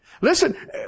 Listen